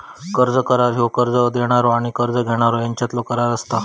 कर्ज करार ह्यो कर्ज देणारो आणि कर्ज घेणारो ह्यांच्यातलो करार असता